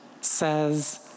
says